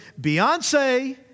Beyonce